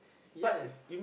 ya